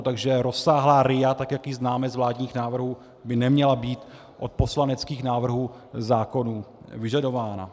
Takže rozsáhlá RIA, tak jak ji známe z vládních návrhů, by neměla být od poslaneckých návrhů zákonů vyžadována.